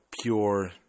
pure